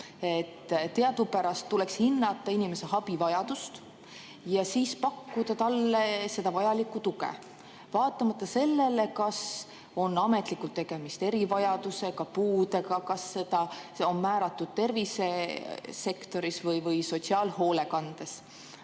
Teadupärast tuleks hinnata inimese abivajadust ja pakkuda talle vajalikku tuge vaatamata sellele, kas on ametlikult tegemist erivajadusega, puudega, kas see on määratud tervisesektoris või sotsiaalhoolekandes.